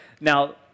Now